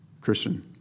Christian